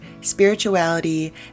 spirituality